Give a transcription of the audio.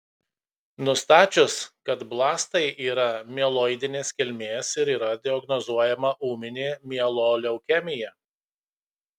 nustačius kad blastai yra mieloidinės kilmės ir yra diagnozuojama ūminė mieloleukemija